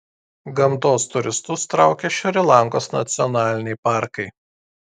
gamtos turistus traukia šri lankos nacionaliniai parkai